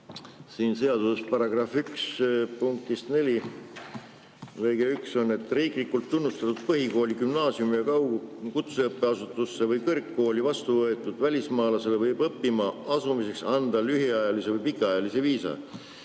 Selle seadus[eelnõu] § 1 punktis 4 on, et riiklikult tunnustatud põhikooli, gümnaasiumisse, kutseõppeasutusse või kõrgkooli vastu võetud välismaalasele võib õppima asumiseks anda lühiajalise või pikaajalise viisa.